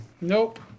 Nope